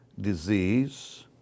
disease